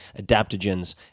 adaptogens